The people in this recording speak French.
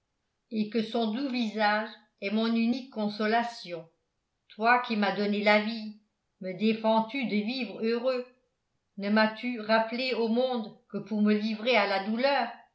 et que son doux visage est mon unique consolation toi qui m'as donné la vie me défends tu de vivre heureux ne m'as-tu rappelé au monde que pour me livrer à la douleur